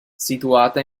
situata